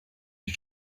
you